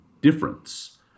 difference